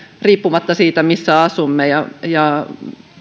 riippumatta siitä missä asumme ja ja